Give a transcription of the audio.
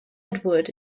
edward